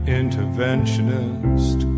interventionist